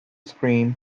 screen